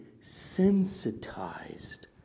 sensitized